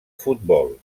futbol